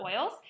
oils